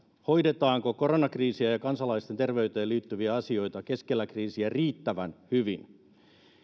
hoidetaanko koronakriisiä ja kansalaisten terveyteen liittyviä asioita keskellä kriisiä riittävän hyvin